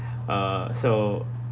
uh so